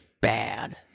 bad